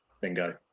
bingo